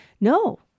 No